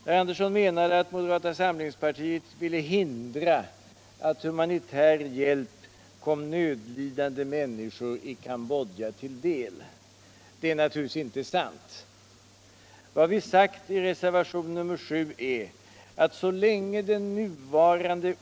Herr Andersson menade att moderata samlingspartiet ville hindra att humanitär hjälp kom nödlidande människor i Cambodja till del. Det är naturligtvis inte sant. Vad vi'sagt i reservation 7 är att så länge den nuvarande.